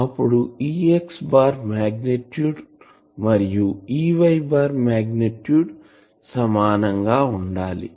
అప్పుడు Ex magnitude మరియు Ey magnitude సమానంగా ఉండాలి